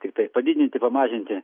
tiktai padidinti pamažinti